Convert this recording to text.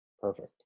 Perfect